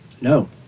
No